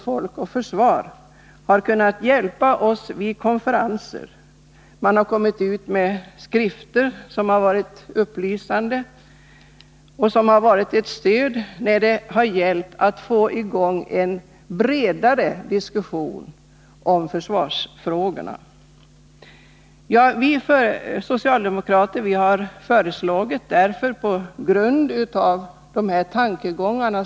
Folk och Försvar har kunnat hjälpa oss vid konferenser — man har givit ut skrifter som har varit ett stöd när det gällt att få i gång en bredare diskussion om försvarsfrågorna. Vi socialdemokrater har accepterat kommitténs tankegångar.